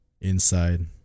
inside